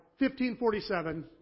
1547